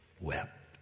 wept